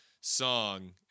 song